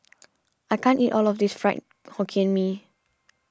I can't eat all of this Fried Hokkien Mee